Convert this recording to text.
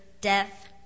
death